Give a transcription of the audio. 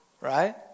right